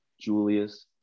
Julius